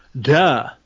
Duh